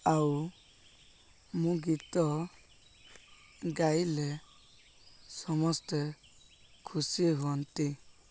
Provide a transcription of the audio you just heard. ଆଉ ମୁଁ ଗୀତ ଗାଇଲେ ସମସ୍ତେ ଖୁସି ହୁଅନ୍ତି